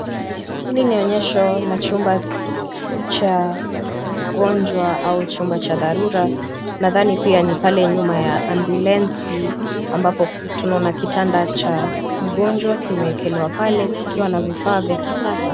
Hili ni onyesho la chumba cha mgonjwa au chumba cha dharura nadhani pia ni pale nyuma ya ambulensi ambapo tunaona kitanda cha mgonjwa kimewekelewa pale kikiwa na vifaa vya kisasa.